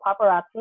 paparazzi